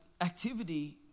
activity